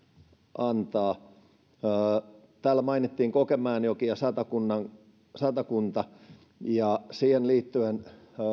antaa täällä mainittiin kokemäenjoki ja satakunta ja siihen liittyen